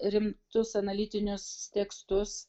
rimtus analitinius tekstus